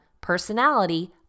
personality